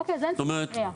אוקיי, אז אין סימן קריאה.